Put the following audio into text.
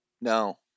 no